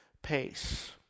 Pace